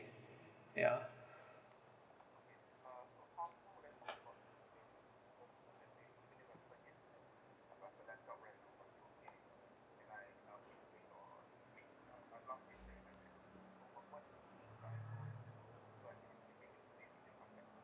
ya